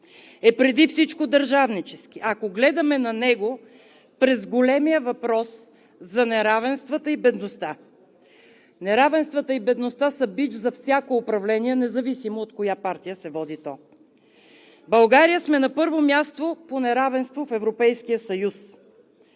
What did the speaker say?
е преди всичко държавнически, ако гледаме на него през големия въпрос за неравенствата и бедността. Неравенствата и бедността са бич за всяко управление, независимо от коя партия е то. България сме на първо място по неравенство в Европейския съюз.